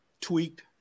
tweaked